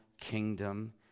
kingdom